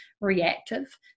reactive